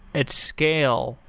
at scale,